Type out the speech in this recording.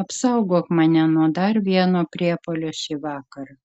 apsaugok mane nuo dar vieno priepuolio šį vakarą